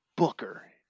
Booker